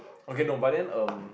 okay no but then um